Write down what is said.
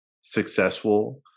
successful